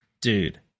Dude